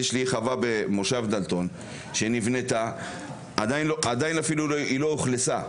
יש לי חווה במושב דלתון שנבנתה ועדיין לא אוכלסה.